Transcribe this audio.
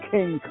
King